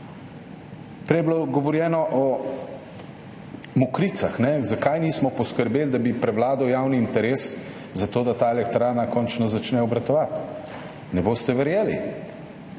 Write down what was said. Prej je bilo govora o Mokricah, zakaj nismo poskrbeli, da bi prevladal javni interes za to, da ta elektrarna končno začne obratovati. Ne boste verjeli,